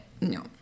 no